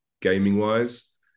gaming-wise